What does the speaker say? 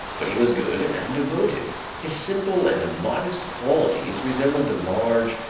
but he was good and devoted, his simple and modest qualities resembled the large,